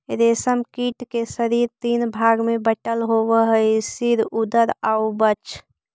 रेशम कीट के शरीर तीन भाग में बटल होवऽ हइ सिर, उदर आउ वक्ष